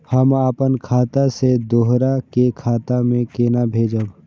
हम आपन खाता से दोहरा के खाता में केना भेजब?